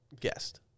guest